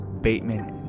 bateman